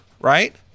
right